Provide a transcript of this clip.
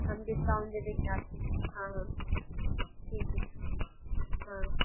हम डिस्काउंट दे देंगे आपके हाँ हाँ ठीक है हाँ